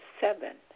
seven